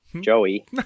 Joey